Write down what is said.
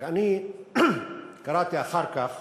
רק אני קראתי אחר כך